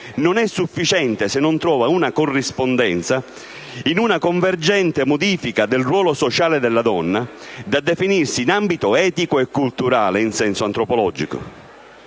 non è sufficiente se non trova una corrispondenza in una convergente modifica del ruolo sociale della donna, da definirsi in ambito etico e culturale in senso antropologico.